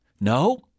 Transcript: No